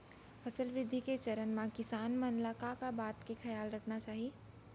फसल वृद्धि के चरण म किसान मन ला का का बात के खयाल रखना चाही?